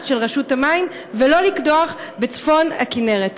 של רשות המים ולא לקדוח בצפון הכינרת?